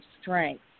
strength